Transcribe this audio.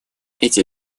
эти